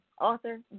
author